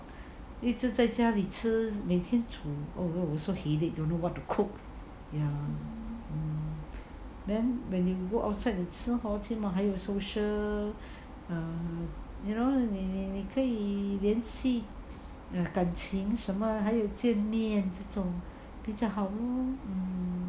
一直在家里吃每天 also headache don't know what to cook ya then when you go outside and 吃 hor 还有 you know 你可以联系你的感情什么还有见面这种 lor 比较好 lor